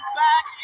back